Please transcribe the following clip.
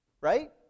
right